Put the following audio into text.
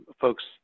folks